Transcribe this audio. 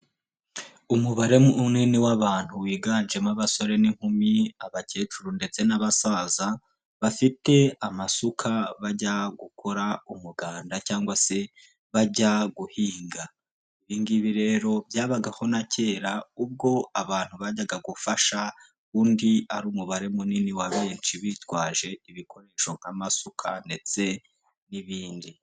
Umubare munini w'abantu biganjemo abasore n'inkumi, abakecuru ndetse n'abasaza, bafite amasuka bajya gukora umuganda cyangwa se bajya guhinga. Ibi ngibi rero byabagaho na kera, ubwo abantu bajyaga gufasha undi ari umubare munini wa benshi bitwaje ibikoresho nk'amasuka ndetse n'ibindi.